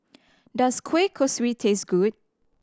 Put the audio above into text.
does kueh kosui taste good